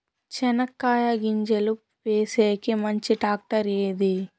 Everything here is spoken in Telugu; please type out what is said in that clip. చెనక్కాయ గింజలు వేసేకి మంచి టాక్టర్ ఏది?